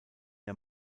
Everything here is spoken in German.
der